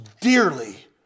dearly